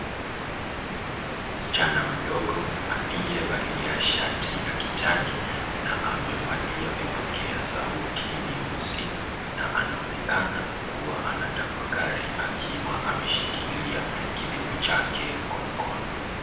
Huyu ni msichana mdogo aliyevalia shati ya kijani na amevalia vipokea sauti vyeusi na anaonekana kuwa anatafakari akiwa ameshikilia kidevu chake kwa mkono.